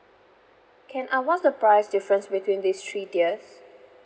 can uh what's the price difference between these three tiers